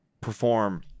perform